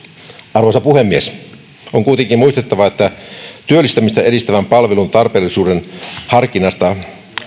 arvoisa puhemies on kuitenkin muistettava että työllistymistä edistävän palvelun tarpeellisuuden harkinnasta